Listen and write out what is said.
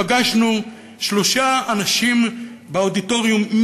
פגשנו באודיטוריום שלושה אנשים שמתמודדים,